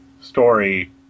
story